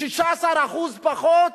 16% פחות